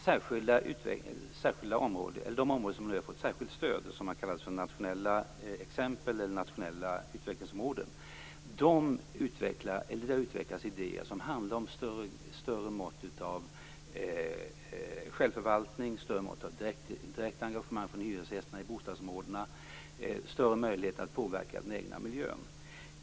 Fru talman! I de områden som nu har fått särskilt stöd och som har kallats för nationella exempel eller nationella utvecklingsområden har det utvecklats idéer som handlar om större mått av självförvaltning, större mått av direkt engagemang från hyresgästerna i bostadsområdena och större möjligheter att påverka den egna miljön.